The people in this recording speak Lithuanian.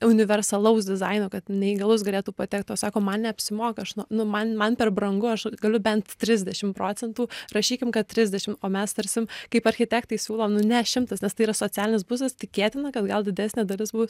universalaus dizaino kad neįgalus galėtų patekt o sako man neapsimoka aš nu man man per brangu aš galiu bent trisdešim procentų rašykim kad trisdešim o mes tarsim kaip architektai siūlo nu ne šimtas tai yra socialinis būstas tikėtina kad gal didesnė dalis bus